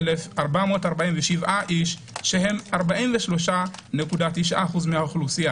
על 4,802,447 איש שהם 43.9% מהאוכלוסייה.